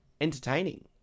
entertaining